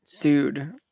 dude